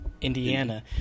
Indiana